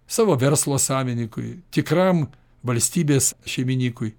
savo verslo savinikui tikram valstybės šeiminykui